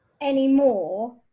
anymore